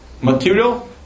material